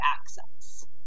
access